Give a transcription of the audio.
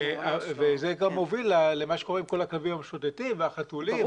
וזה גם מוביל למה שקורה עם כל הכלבים המשוטטים והחתולים,